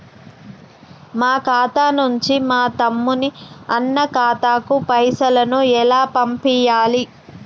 మా ఖాతా నుంచి మా తమ్ముని, అన్న ఖాతాకు పైసలను ఎలా పంపియ్యాలి?